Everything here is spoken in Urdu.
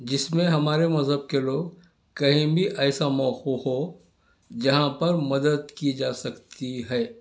جس میں ہمارے مذہب کے لوگ کہیں بھی ایسا موقوف ہو جہاں پر مدد کی جا سکتی ہے